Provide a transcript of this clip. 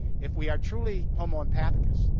if we are truly homo empathicus,